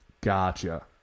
Gotcha